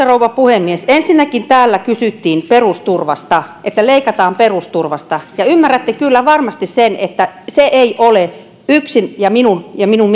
rouva puhemies ensinnäkin täällä kysyttiin perusturvasta siitä että leikataan perusturvasta ymmärrätte kyllä varmasti sen että se ei ole yksin minun ja minun